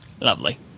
Lovely